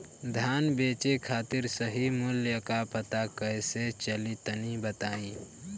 धान बेचे खातिर सही मूल्य का पता कैसे चली तनी बताई?